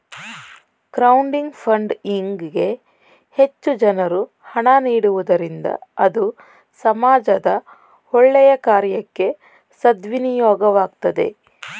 crowding funding ಗೆ ಹೆಚ್ಚು ಜನರು ಹಣ ನೀಡುವುದರಿಂದ ಅದು ಸಮಾಜದ ಒಳ್ಳೆಯ ಕಾರ್ಯಕ್ಕೆ ಸದ್ವಿನಿಯೋಗವಾಗ್ತದೆ